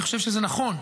אני חושב שזה נכון.